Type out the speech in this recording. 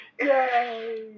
yay